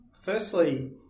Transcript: Firstly